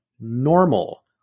normal